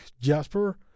Jasper